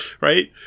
right